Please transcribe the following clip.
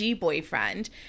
boyfriend